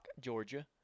Georgia